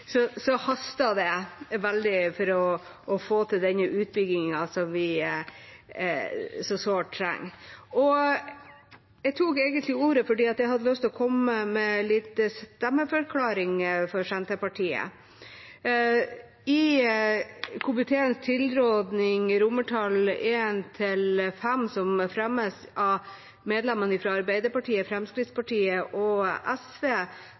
sårt trenger. Jeg tok egentlig ordet fordi jeg hadde lyst til å komme med en stemmeforklaring fra Senterpartiet. Komiteens tilråding I–V, som fremmes av medlemmene fra Arbeiderpartiet, Fremskrittspartiet og SV,